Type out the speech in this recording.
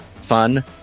fun